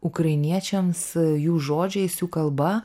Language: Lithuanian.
ukrainiečiams jų žodžiais jų kalba